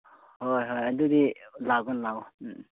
ꯍꯣꯏ ꯍꯣꯏ ꯑꯗꯨꯗꯤ ꯂꯥꯛ ꯑꯣ ꯂꯥꯛ ꯑꯣ ꯎꯝ ꯎꯝ